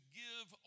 give